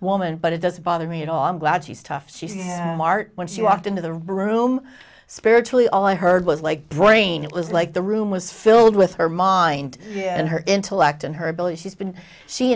woman but it doesn't bother me at all i'm glad she's tough she said mart when she walked into the room spiritually all i heard was like brain it was like the room was filled with her mind and her intellect and her ability she's been she